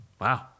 wow